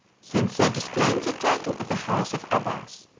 since they disclaimed the title of the house of abbas,